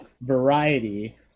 variety